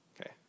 okay